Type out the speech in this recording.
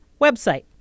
website